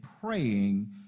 praying